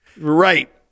Right